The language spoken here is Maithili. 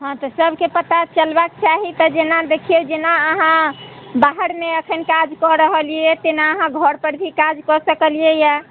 हँ तऽ सभके पता चलबाक चाही जेना देखियै जेना अहाँ बाहरमे एखन काज कऽ रहलियै है तेना अहाँ घरपर भी काजकऽ सकलियै यऽ